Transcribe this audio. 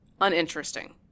uninteresting